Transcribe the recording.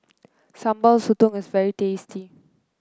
Sambal Sotong is very tasty